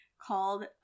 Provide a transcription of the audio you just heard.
called